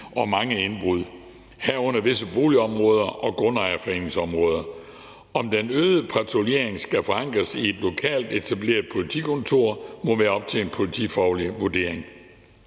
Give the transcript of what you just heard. og mange indbrud, herunder visse boligområder og grundejerforeningsområder. Om den øgede patruljering skal forankres i et lokalt etableret politikontor, må være op til en politifaglig vurdering.